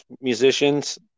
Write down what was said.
musicians